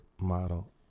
model